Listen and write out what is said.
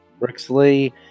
Brixley